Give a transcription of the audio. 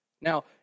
Now